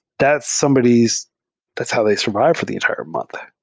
that somebody's that's how they survive for the entire month.